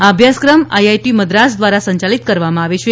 આ અભ્યાસક્રમ આઇઆઇટી મદ્રાસ ધ્વારા સંચાલિત કરવામાં આવે છે